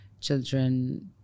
children